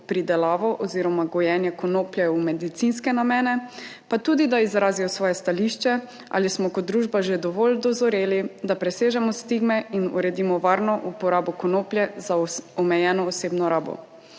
pridelavo oziroma gojenje konoplje v medicinske namene, pa tudi, da izrazijo svoje stališče ali smo kot družba že dovolj dozoreli, da presežemo stigme in uredimo varno uporabo konoplje za omejeno osebno rabo.